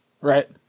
Right